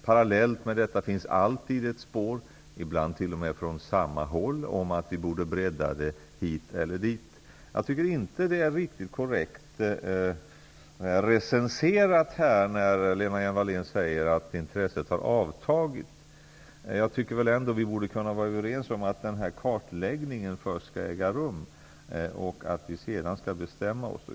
Parallellt med detta finns alltid åsikter, ibland t.o.m. från samma håll, om att vi borde bredda biståndet. Jag tycker inte att Lena Hjelm-Wallén recenserar riktigt korrekt när hon säger att intresset har avtagit. Jag tycker att vi borde kunna vara överens om att kartläggningen först skall äga rum och att vi sedan skall bestämma oss.